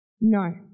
No